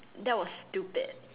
that was stupid